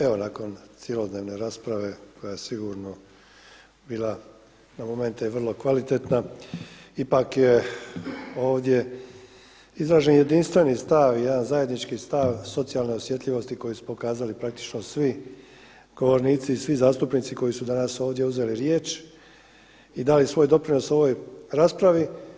Evo nakon cjelodnevne rasprave koja je sigurno bila na momente vrlo kvalitetna ipak je ovdje izražen jedinstveni stav i jedan zajednički stav socijalne osjetljivosti koji su pokazali praktično svi govornici i svi zastupnici koji su danas ovdje uzeli riječ i dali svoj doprinos ovoj raspravi.